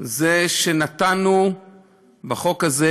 זה שנתנו בחוק הזה,